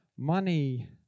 Money